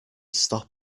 stop